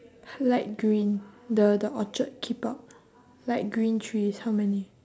light green the the orchid keep out light green trees how many